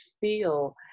feel